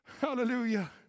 Hallelujah